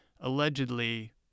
allegedly